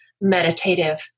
meditative